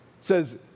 says